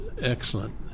excellent